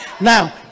now